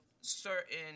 certain